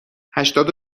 هشتاد